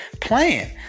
playing